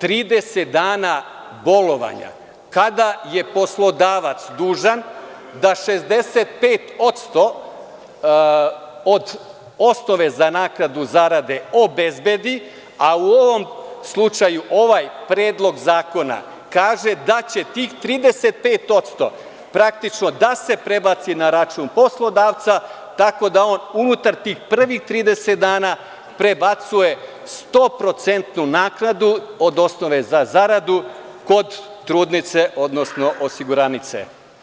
30 dana bolovanja kada je poslodavac dužan da 65% od osnove za naknadu zarade obezbedi, a u ovom slučaju ovaj predlog zakona kaže da će tih 35% praktično da se prebaci na račun poslodavca, tako da on unutar tih prvih 30 dana prebacuje 100% naknadu od osnove za zaradu kod trudnice, odnosno osiguranice.